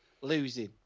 losing